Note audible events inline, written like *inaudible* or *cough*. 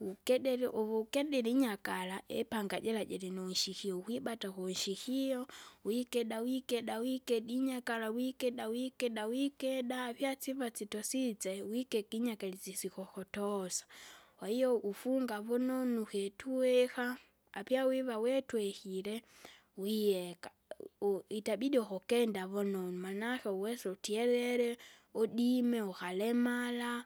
Ukedere uvukedire inyakara ipanga jira jirinunshikio ukwibata kunshikio! wikeda wikeda wikeda inyakara wikeda wikeda wikeda! vyasiva sitotsitsye wikeka inyakara isisikukutosa, kwahiyo ufunga vunonu kitwika, apya wiva wetwekile, wiyeka *unintelligible* itabidi ukukenda vunonu, manake uwesa utyevele, udime ukalemalea,